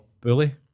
bully